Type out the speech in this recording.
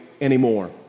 anymore